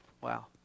Wow